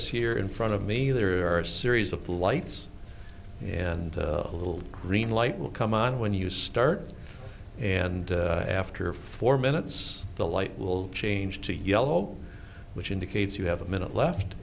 diocese here in front of me there are a series of lights and a little green light will come on when you start and after four minutes the light will change to yellow which indicates you have a minute left